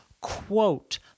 quote